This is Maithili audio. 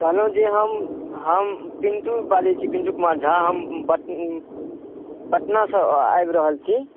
कहलहुँ जे हम हम पिन्टू बाजैत छी पिन्टू कुमार झा हम पट पटनासँ आबि रहल छी